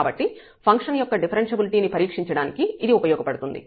కాబట్టి ఫంక్షన్ యొక్క డిఫరెన్ష్యబిలిటీ ని పరీక్షించడానికి ఇది ఉపయోగపడుతుంది